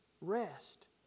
Rest